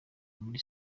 muri